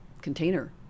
container